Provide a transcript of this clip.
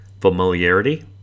familiarity